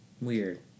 Weird